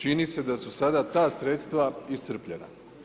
Čini se da su sada ta sredstva iscrpljena.